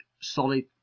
solid